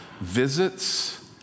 visits